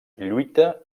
lluita